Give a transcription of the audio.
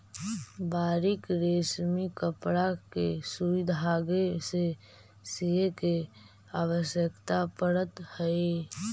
बारीक रेशमी कपड़ा के सुई धागे से सीए के आवश्यकता पड़त हई